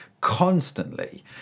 constantly